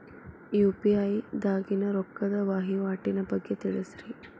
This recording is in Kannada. ಯು.ಪಿ.ಐ ದಾಗಿನ ರೊಕ್ಕದ ವಹಿವಾಟಿನ ಬಗ್ಗೆ ತಿಳಸ್ರಿ